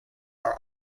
are